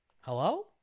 hello